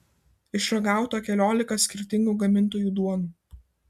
išragauta keliolika skirtingų gamintojų duonų